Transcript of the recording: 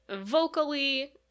vocally